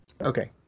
Okay